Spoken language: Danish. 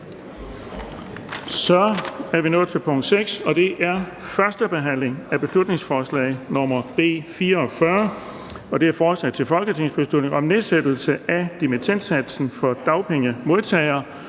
Det næste punkt på dagsordenen er: 6) 1. behandling af beslutningsforslag nr. B 44: Forslag til folketingsbeslutning om nedsættelse af dimittendsatsen for dagpengemodtagere.